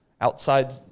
outside